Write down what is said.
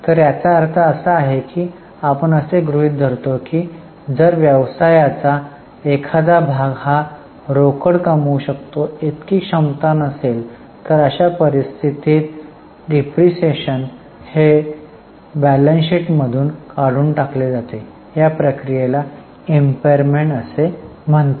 तर याचा अर्थ असा आहे की आपण असे गृहीत धरतो की जर व्यवसायाचा एखादा भाग हा रोकड कमवू शकतो इतकी क्षमता नसेल तर अशा परिस्थितीत डिप्रीशीएशन हा ताळेबंदातून काढून टाकला जातो या प्रक्रियेला impairment असे म्हणतात